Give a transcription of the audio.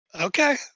Okay